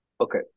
Okay